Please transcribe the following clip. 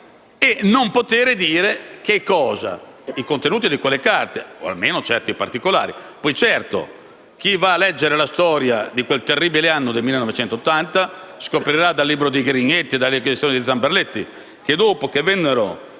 di non poter divulgare i contenuti di quelle carte o almeno certi particolari. Certo, chi va a leggere la storia di quel terribile anno 1980 scoprirà, dal libro di Grignetti e dalle dichiarazioni di Zamberletti, che dopo che vennero